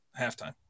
halftime